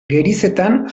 gerizetan